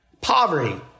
Poverty